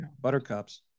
buttercups